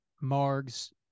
Marg's